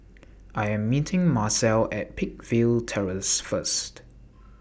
I Am meeting Marcel At Peakville Terrace First